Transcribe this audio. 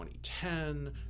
2010